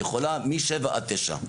יכולה משבעה עד תשעה.